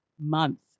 month